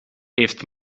heeft